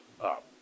up